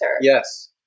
Yes